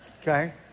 okay